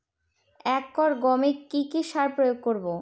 এক একর গমে কি কী সার প্রয়োগ করব?